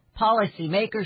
Policymakers